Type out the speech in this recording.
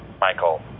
Michael